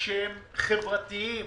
שהם חברתיים